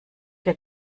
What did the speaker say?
wir